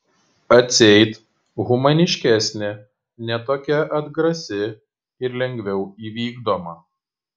atseit humaniškesnė ne tokia atgrasi ir lengviau įvykdoma